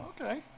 Okay